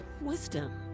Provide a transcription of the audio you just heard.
wisdom